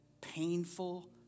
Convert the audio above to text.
painful